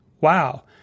Wow